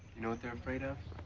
know what they're afraid of?